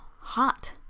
hot